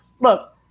Look